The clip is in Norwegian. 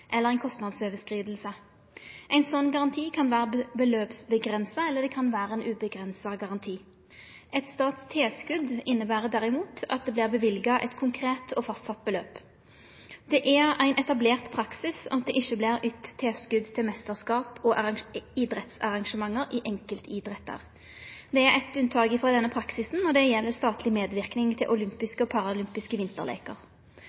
eller ei kostnadsoverskriding. Ein slik garanti kan vere beløpsavgrensa eller vere ein uavgrensa garanti. Eit statstilskot inneber derimot at det vert løyvt eit konkret og fastsett beløp. Det er ein etablert praksis at det ikkje vert ytt tilskot til meisterskap og idrettsarrangement i enkeltidrettar. Det er eitt unntak frå denne praksisen. Det gjeld statleg medverknad i olympiske og paralympiske vinterleiker. Når det gjeld